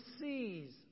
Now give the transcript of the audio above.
sees